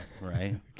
right